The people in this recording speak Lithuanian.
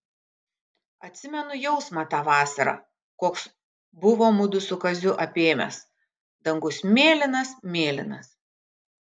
atsimenu jausmą tą vasarą koks buvo mudu su kaziu apėmęs dangus mėlynas mėlynas